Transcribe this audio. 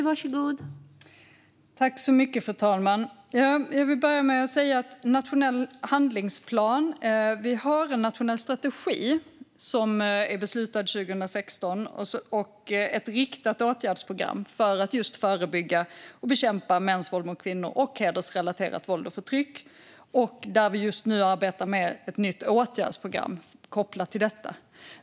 Fru talman! Jag vill börja med detta med en nationell handlingsplan. Vi har en nationell strategi som är beslutad 2016 och ett riktat åtgärdsprogram för att just förebygga och bekämpa mäns våld mot kvinnor och hedersrelaterat våld och förtryck. Vi arbetar just nu med ett nytt åtgärdsprogram kopplat till detta.